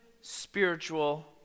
spiritual